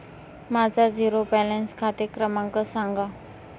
माझा zero balance खाते क्रमांक सांगा